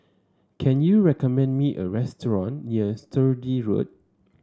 can you recommend me a restaurant near Sturdee Road